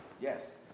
Yes